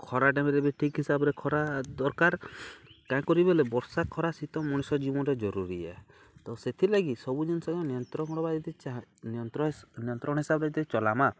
ଖରା ଟାଇମ୍ରେ ବି ଠିକ୍ ହିସାବ୍ରେ ଖରା ଦରକାର୍ କାଁ କରି ବେଲେ ବର୍ଷା ଖରା ଶୀତ ମଣିଷ ଜୀବନରେ ଜରୁରୀ ଆଏ ତ ସେଥିର୍ଲାଗି ସବୁ ଜିନିଷ୍ ନିୟନ୍ତ୍ରଣ୍ ଯଦି ତାହା ନିୟନ୍ତ୍ରଣ୍ ହିସାବ୍ରେ ଯଦି ଚଲ୍ମା